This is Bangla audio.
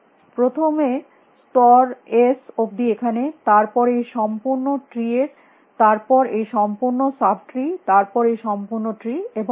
প্রথমে স্তর এস অবধি এখানে তার পরে এই সম্পূর্ণ ট্রি তার পরে এই সম্পূর্ণ সাব ট্রি তার পরে এই সম্পূর্ণ ট্রি এবং এই ভাবে